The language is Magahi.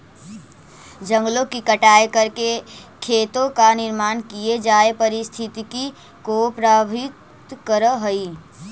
जंगलों की कटाई करके खेतों का निर्माण किये जाए पारिस्थितिकी को प्रभावित करअ हई